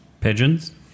Pigeons